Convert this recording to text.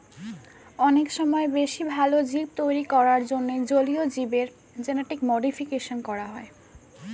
অনেক সময় বেশি ভালো জীব তৈরী করার জন্যে জলীয় জীবের জেনেটিক মডিফিকেশন করা হয়